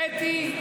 מה זה קשור?